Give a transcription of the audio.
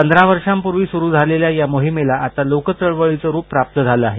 पंधरा वर्षांपूर्वी सुरू झालेल्या या मोहिमेला आता लोकचळवळीचं रूप प्राप्त झालं आहे